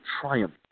triumph